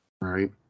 Right